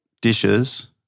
dishes